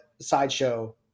Sideshow